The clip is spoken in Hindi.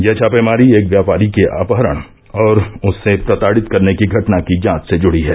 यह छापेमारी एक व्यापारी के अपहरण और उसे प्रताडित करने की घटना की जांच से जुड़ी है